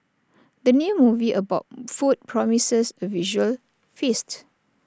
the new movie about food promises A visual feast